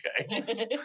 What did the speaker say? okay